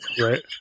Right